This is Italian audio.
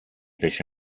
fece